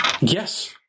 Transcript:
Yes